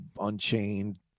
unchained